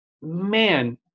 man